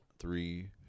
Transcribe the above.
Three